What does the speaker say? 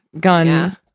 gun